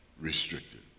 restricted